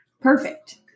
perfect